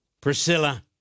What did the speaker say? Priscilla